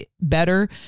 better